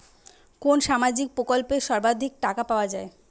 কোন সামাজিক প্রকল্পে সর্বাধিক টাকা পাওয়া য়ায়?